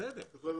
ובצדק.